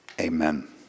amen